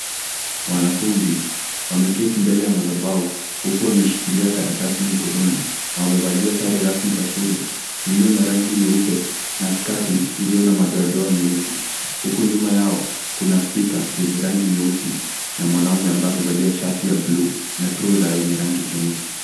Wanafunzi wameketi mbele ya madhabau huku wameshikilia karatasi mkononi na wamevalia sare rasmi za shule, iliyo na rangi nyeupe na sketi iliyo na madoadoa meusi. Huku nyuma yao, kuna spika yenye rangi nyeusi na mwanaume ambaye amevalia shati ya buluu na trouser yenye rangi nyeusi.